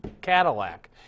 Cadillac